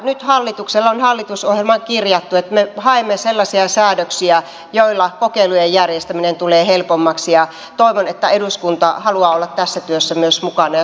nyt hallituksella on hallitusohjelmaan kirjattu että me haemme sellaisia säädöksiä joilla kokeilujen järjestäminen tulee helpommaksi ja toivon että eduskunta haluaa olla tässä työssä myös mukana ja suhtautuu siihen positiivisesti